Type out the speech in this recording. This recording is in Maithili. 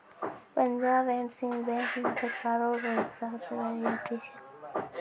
पंजाब एंड सिंध बैंक मे सरकारो रो हिस्सा सबसे बेसी छै